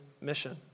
mission